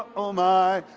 oh my,